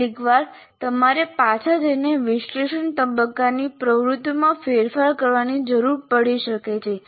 કેટલીકવાર તમારે પાછા જઈને વિશ્લેષણ તબક્કાની પ્રવૃત્તિઓમાં ફેરફાર કરવાની જરૂર પડી શકે છે